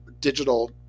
digital